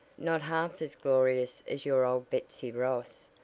not half as glorious as your old betsy ross.